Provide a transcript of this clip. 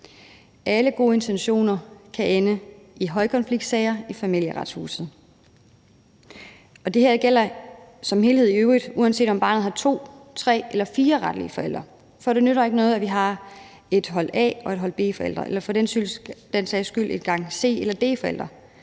Alle gode intentioner kan ende i højkonfliktsager i Familieretshuset. Det her gælder som helhed i øvrigt, uanset om barnet har to, tre eller fire retlige forældre, for det nytter ikke noget, at vi har et hold A- og et hold B-forældre, eller for den sags skyld et hold C- eller D-forældre.